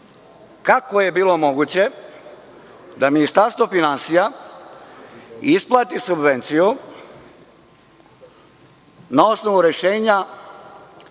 kako je bilo moguće da Ministarstvo finansija isplati subvenciju na osnovu rešenja